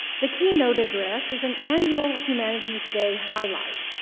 the keynote address is an annual humanities day highlight.